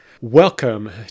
welcome